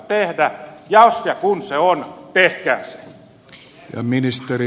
jos ja kun se on tehkää se